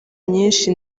nyinshi